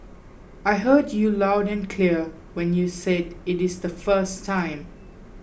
I heard you loud and clear when you said it is the first time